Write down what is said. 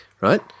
right